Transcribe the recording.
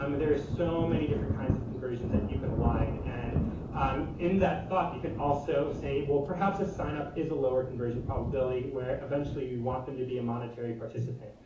um there are so many different kinds of conversions that you can align. and um in that thought you can also say well, perhaps if sign up is a lower conversion probability where eventually we want them to be a monetary participate.